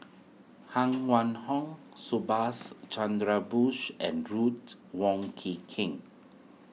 Huang Wenhong Subhas Chandra Bose and Ruth Wong Kii King